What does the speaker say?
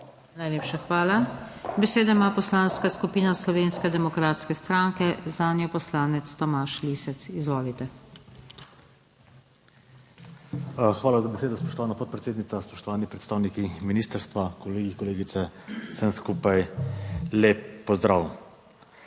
Najlepša hvala. Besedo ima Poslanska skupina Slovenske demokratske stranke, zanjo poslanec Tomaž Lisec, izvolite. TOMAŽ LISEC (PS SDS): Hvala za besedo, spoštovana podpredsednica, spoštovani predstavniki ministrstva, kolegi, kolegice. Vsem skupaj lep pozdrav!